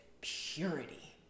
purity